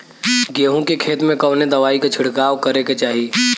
गेहूँ के खेत मे कवने दवाई क छिड़काव करे के चाही?